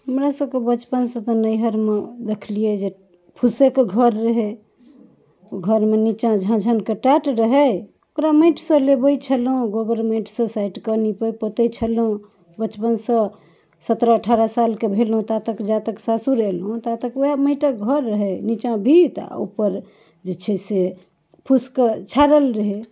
हमरा सबके बचपन सऽ तऽ नैहियरमे देखलियै फूसेके घर रहै घर शमे नीचाँ झाझनके टाट रहै ओकरा माटि सँ लेबै छलहुॅं गोबर माटि सँ साटि कऽ नीपै पोतै छलहुॅं बचपन सऽ सत्रह अठारह सालके भेलहुॅं ता तक जातक सासुर एलहुॅं ता तक वएह माटि के घर रहै नीचाँ बीत आ ऊपर जे छै से फूसके छारल रहै